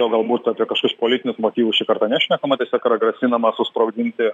jo galbūt apie kažkokius politinius motyvus šį kartą nešnekama tiesiog yra grasinama susprogdinti